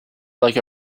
like